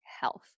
health